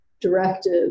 directive